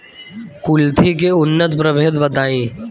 कुलथी के उन्नत प्रभेद बताई?